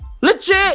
Legit